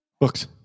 Books